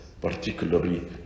particularly